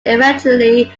eventually